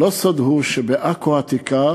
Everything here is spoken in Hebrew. לא סוד הוא שבעכו העתיקה